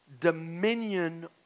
dominion